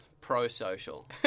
pro-social